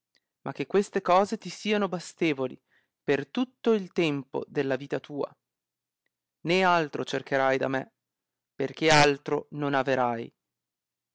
ma che queste cose ti siano bastevoli per tutto il tempo della vita tua né altro cercherai da me perchè altro non averai